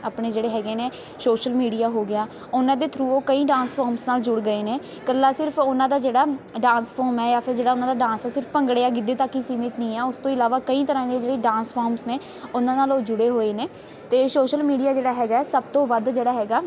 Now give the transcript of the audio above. ਆਪਣੇ ਜਿਹੜੇ ਹੈਗੇ ਨੇ ਸ਼ੋਸ਼ਲ ਮੀਡੀਆ ਹੋ ਗਿਆ ਉਹਨਾਂ ਦੇ ਥਰੂ ਉਹ ਕਈ ਡਾਂਸ ਫੋਰਮਸ ਨਾਲ ਜੁੜ ਗਏ ਨੇ ਇਕੱਲਾ ਸਿਰਫ਼ ਉਹਨਾਂ ਦਾ ਜਿਹੜਾ ਡਾਂਸ ਫੋਮ ਹੈ ਜਾਂ ਫਿਰ ਜਿਹੜਾ ਉਹਨਾਂ ਦਾ ਡਾਂਸ ਸਿਰਫ਼ ਭੰਗੜੇ ਜਾਂ ਗਿੱਧੇ ਤੱਕ ਹੀ ਸੀਮਿਤ ਨਹੀਂ ਆ ਉਸ ਤੋਂ ਇਲਾਵਾ ਕਈ ਤਰ੍ਹਾਂ ਦੇ ਜਿਹੜੇ ਡਾਂਸ ਫੋਮਸ ਨੇ ਉਹਨਾਂ ਨਾਲ ਉਹ ਜੁੜੇ ਹੋਏ ਨੇ ਅਤੇ ਸ਼ੋਸ਼ਲ ਮੀਡੀਆ ਜਿਹੜਾ ਹੈਗਾ ਸਭ ਤੋਂ ਵੱਧ ਜਿਹੜਾ ਹੈਗਾ